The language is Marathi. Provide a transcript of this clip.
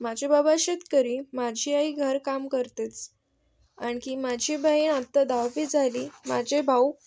माझे बाबा शेतकरी माझी आई घरकाम करतेच आणखी माझी बहीण आत्ता दहावी झाली माझे भाऊ